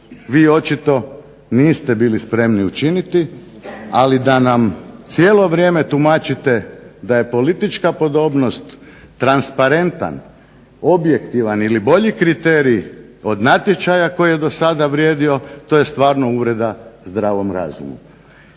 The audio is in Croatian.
vi očito niste bili spremni učiniti. Ali da nam cijelo vrijeme tumačite da je politička podobnost transparentan, objektivan ili bolji kriterij od natječaja koji je do sada vrijedio, to je stvarno uvreda zdravom razumu.